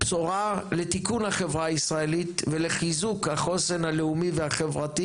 בשורה לתיקון החברה הישראלית ולחיזוק החוסן הלאומי והחברתי